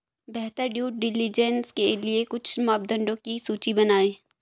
बेहतर due diligence के लिए कुछ मापदंडों की सूची बनाएं?